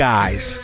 Guys